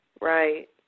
right